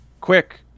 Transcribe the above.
quick